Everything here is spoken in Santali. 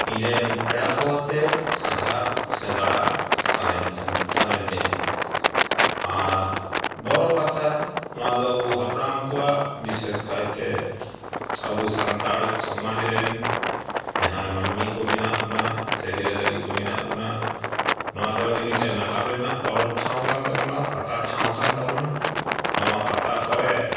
ᱤᱧᱨᱮᱱ ᱯᱮᱲᱟᱠᱚ ᱟᱛᱮ ᱥᱟᱸᱜᱷᱟᱨ ᱥᱮ ᱫᱟᱬᱟ ᱥᱟᱱᱟᱧᱠᱟᱱ ᱥᱟᱱᱟᱧ ᱛᱮᱦᱮᱸᱫ ᱟᱨ ᱵᱚᱨᱚᱯᱟᱛᱟ ᱱᱚᱣᱟᱫᱚ ᱟᱵᱚ ᱦᱟᱯᱲᱟᱢ ᱠᱚᱣᱟᱜ ᱵᱤᱥᱮᱥᱠᱟᱭᱛᱮ ᱟᱵᱚ ᱥᱟᱱᱛᱟᱲ ᱥᱚᱢᱟᱡᱽᱨᱮᱱ ᱡᱟᱦᱟᱸᱭ ᱢᱟᱹᱱᱢᱤᱠᱚ ᱢᱮᱱᱟᱜ ᱵᱚᱱᱟ ᱥᱮ ᱵᱤᱨᱟᱹᱫᱟᱹᱞᱤᱠᱚ ᱢᱮᱱᱟᱜ ᱵᱚᱱᱟ ᱱᱚᱣᱟᱫᱚ ᱟᱹᱰᱤ ᱢᱤᱫᱴᱮᱱ ᱱᱟᱜᱟᱢ ᱨᱮᱱᱟᱜ ᱯᱚᱨᱚᱵᱽ ᱴᱷᱟᱶᱠᱟᱱ ᱛᱟᱵᱚᱱᱟ ᱯᱟᱛᱟ ᱴᱷᱟᱶᱠᱟᱱ ᱛᱟᱵᱚᱱᱟ ᱱᱚᱣᱟ ᱯᱟᱛᱟ ᱠᱚᱨᱮ